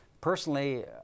personally